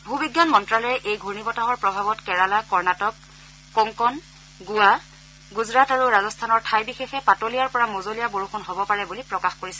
ভূ বিজ্ঞান মন্ত্যালয়ে এই ঘূৰ্ণী বতাহৰ প্ৰভাৱত কেৰালা কৰ্ণাটক কোংকন গোৱা গুজৰাট আৰু ৰাজস্থানৰ ঠাই বিশেষে পাতলীয়াৰ পৰা মজলীয়া বৰষুণ হ'ব পাৰে বুলি প্ৰকাশ কৰিছে